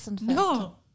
No